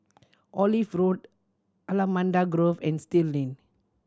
Olive Road Allamanda Grove and Still Lane